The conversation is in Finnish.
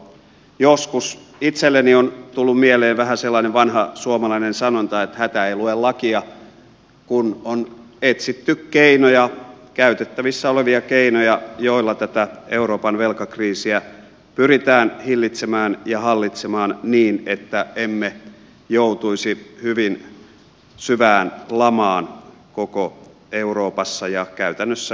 joskus itselleni on tullut mieleen vähän sellainen vanha suomalainen sanonta että hätä ei lue lakia kun on etsitty käytettävissä olevia keinoja joilla tätä euroopan velkakriisiä pyritään hillitsemään ja hallitsemaan niin että emme joutuisi hyvin syvään lamaan koko euroopassa ja käytännössä laajemminkin